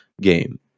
game